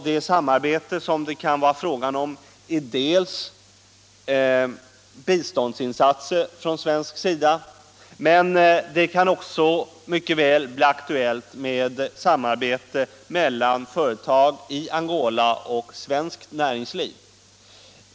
Det samarbete som det kan vara fråga om är biståndsinsatser från svensk sida, men det kan också mycket väl bli aktuellt med samarbete mellan företag i Angola och svenskt näringsliv.